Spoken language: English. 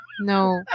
No